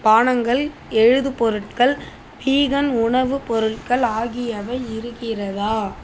பானங்கள் எழுது பொருட்கள் வீகன் உணவுப் பொருள்கள் ஆகியவை இருக்கிறதா